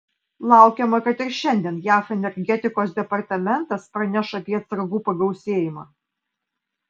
laukiama kad ir šiandien jav energetikos departamentas praneš apie atsargų pagausėjimą